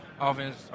offense